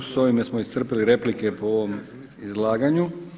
Sa ovime smo iscrpili replike po ovom izlaganju.